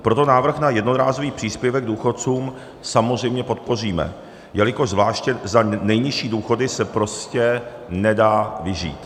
Proto návrh na jednorázový příspěvek důchodcům samozřejmě podpoříme, jelikož za nejnižší důchody se prostě nedá vyžít.